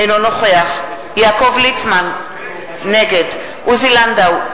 אינו נוכח יעקב ליצמן, נגד עוזי לנדאו,